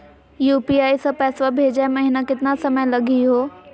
UPI स पैसवा भेजै महिना केतना समय लगही हो?